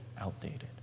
outdated